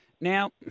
Now